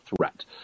threat